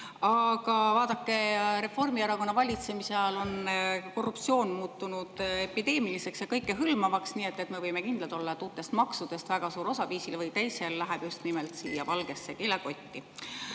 Aga vaadake, Reformierakonna valitsemise ajal on korruptsioon muutunud epideemiliseks ja kõikehõlmavaks. Me võime kindlad olla, et uutest maksudest väga suur osa viisil või teisel läheb just nimelt valgesse kilekotti.